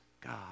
God